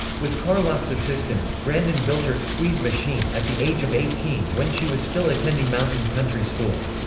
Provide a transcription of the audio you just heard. with carlock's assistance, grandin built her squeeze machine at the age of eighteen when she was still attending mountain country school.